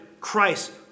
Christ